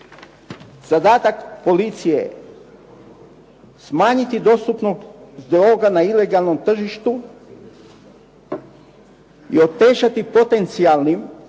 Zadatak policije je smanjiti dostupnost droga na ilegalnom tržištu i otežati potencijalnim